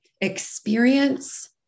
experience